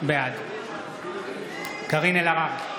בעד קארין אלהרר,